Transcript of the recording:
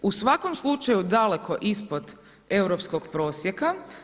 U svakom slučaju daleko ispod europskog prosjeka.